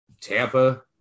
Tampa